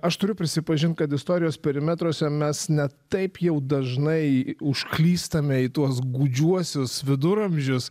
aš turiu prisipažint kad istorijos perimetruose mes ne taip jau dažnai užklystame į tuos gūdžiuosius viduramžius